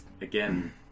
again